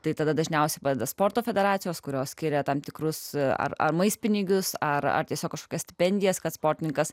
tai tada dažniausiai padeda sporto federacijos kurios skiria tam tikrus ar maistpinigius ar tiesiog kažkas stipendijas kad sportininkas